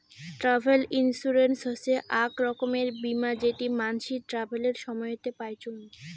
travel insurance হসে আক রকমের বীমা যেটি মানসি ট্রাভেলের সময়তে পাইচুঙ